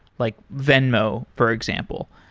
like venmo, for example.